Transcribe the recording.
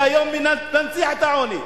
אתה היום מנציח את העוני,